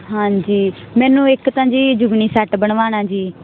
ਹਾਂਜੀ ਮੈਨੂੰ ਇੱਕ ਤਾਂ ਜੀ ਜੁਗਨੀ ਸੈੱਟ ਬਨਵਾਨਾ ਜੀ